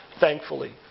Thankfully